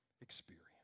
experience